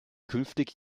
künftig